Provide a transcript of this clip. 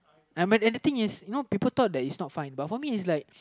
and my and the thing is you know people thought that it's not fine but for me it's